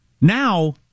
Now